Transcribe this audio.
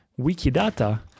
Wikidata